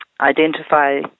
identify